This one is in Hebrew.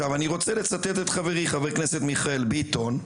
אני רוצה לצטט את חברי, חה"כ מיכאל ביטון,